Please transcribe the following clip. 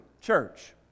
church